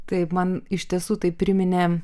taip man iš tiesų tai priminė